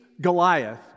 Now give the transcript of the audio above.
Goliath